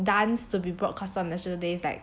dance to be broadcasted on national day like